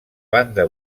banda